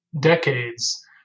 decades